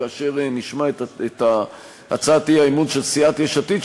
כאשר נשמע את הצעת האי-אמון של סיעת יש עתיד,